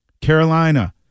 Carolina